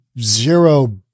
zero